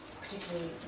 particularly